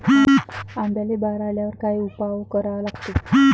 आंब्याले बार आल्यावर काय उपाव करा लागते?